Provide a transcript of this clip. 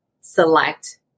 select